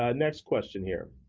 ah next question here.